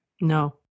No